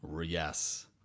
Yes